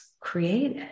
created